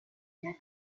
lac